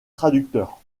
traducteur